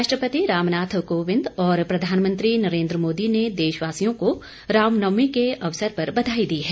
राष्ट्रपति रामनाथ कोयिंद और प्रधानमंत्री नरेंद्र मोदी ने देशवासियों को रामनवमी के अवसर पर बधाई दी है